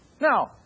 Now